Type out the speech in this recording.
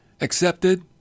Accepted